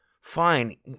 fine